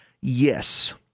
Yes